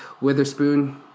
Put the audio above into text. Witherspoon